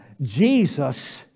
Jesus